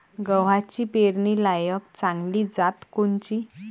गव्हाची पेरनीलायक चांगली जात कोनची?